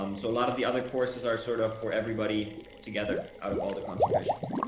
um so a lot of the other courses are sort of for everybody together out of all the concentrations.